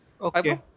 Okay